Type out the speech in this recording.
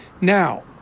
Now